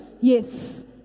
Yes